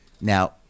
now